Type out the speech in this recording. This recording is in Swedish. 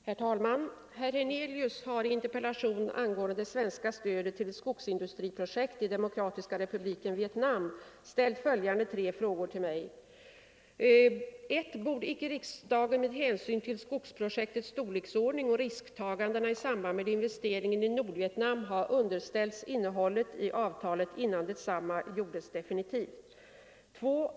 Herr talman! Herr Hernelius har i interpellation angående det svenska stödet till ett skogsindustriprojekt i Demokratiska republiken Vietnam ställt följande tre frågor till mig: 1. Borde icke riksdagen med hänsyn till skogsprojektets storleksordning och risktagandena i samband med investeringen i Nordvietnam ha underställts innehållet i avtalet innan detsamma gjordes definitivt? 2.